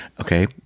Okay